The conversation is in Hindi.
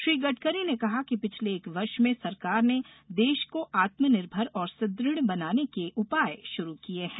श्री गडकरी ने कहा कि पिछले एक वर्ष में सरकार ने देश को आत्म निर्भर और सुद्रढ़ बनाने के उपाय शुरू किये हैं